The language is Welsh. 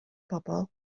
bobol